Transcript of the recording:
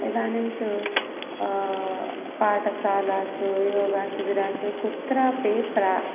इदानीं तु पाठशालासु योगशिबिरासु कुत्रापि प्र